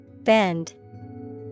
Bend